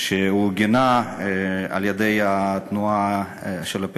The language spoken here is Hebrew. שאורגנה על-ידי התנועה האסלאמית,